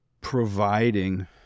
providing